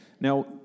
Now